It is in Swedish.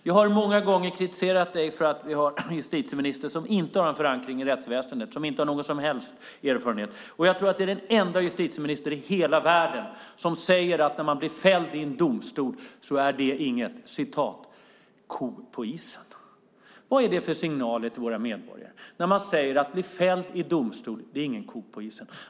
Jag har många gånger kritiserat att vi har en justitieminister som inte har en förankring i rättsväsendet, som inte har någon som helst erfarenhet. Och jag tror att det är den enda justitieminister i hela världen som säger att om man blir fälld i en domstol så är det "ingen ko på isen". Vad ger det för signal till våra medborgare när hon säger att om man blir fälld i domstol är det ingen ko på isen?